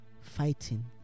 fighting